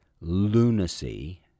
lunacy